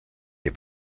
die